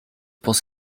pense